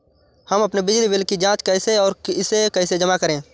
हम अपने बिजली बिल की जाँच कैसे और इसे कैसे जमा करें?